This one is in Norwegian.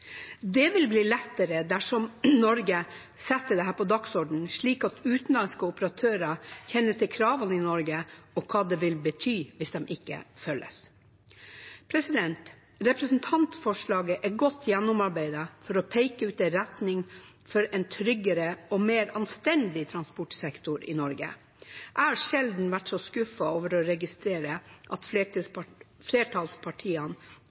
Det vil bli lettere dersom Norge setter dette på dagsordenen, slik at utenlandske operatører kjenner til kravene i Norge og hva det vil bety hvis de ikke følges. Representantforslaget er godt gjennomarbeidet for å peke ut en retning for en tryggere og mer anstendig transportsektor i Norge. Jeg har sjelden vært så skuffet over å registrere at flertallspartiene